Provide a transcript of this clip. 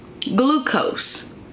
glucose